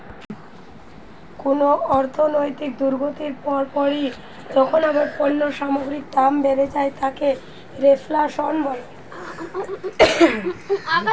কুনো অর্থনৈতিক দুর্গতির পর পরই যখন আবার পণ্য সামগ্রীর দাম বেড়ে যায় তাকে রেফ্ল্যাশন বলে